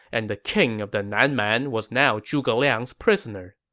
and the king of the nan man was now zhuge liang's prisoner.